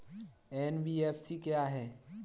NBFC क्या है?